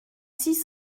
six